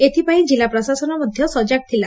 ଏଥିପାଇଁ ଜିଲ୍ଲା ପ୍ରଶାସନ ମଧ୍ଧ ସଜାଗ ଥିଲା